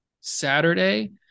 Saturday